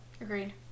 agreed